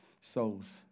souls